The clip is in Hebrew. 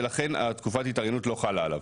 ולכן תקופת ההתארגנות לא חלה עליו,